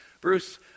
Bruce